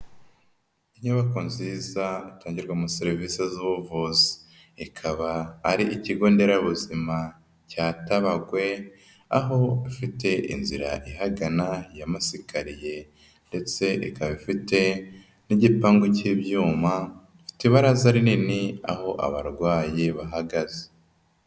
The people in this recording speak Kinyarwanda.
Inyubako nziza itangirwamo serivisi z'ubuvuzi, ikaba ari ikigo nderabuzima cya Tabagwe, aho ifite inzira ihagana y'amasikariye ndetse ikaba ifite n'igipangu cy'ibyuma, ifite ibaraza rinini aho abarwayi bahagaze.